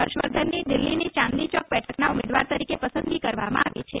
હર્ષવર્ધનની દિલ્હીની ચાંદની ચોક બેઠકના ઉમેદવાર તરીકે પસંદગી કરવામાં આવી છે